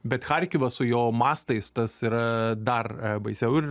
bet charkivą su jo mastais tas yra dar baisiau ir